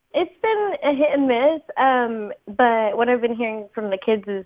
it's been a hit and miss, um but what i've been hearing from the kids is,